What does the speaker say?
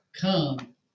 come